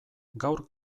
gaur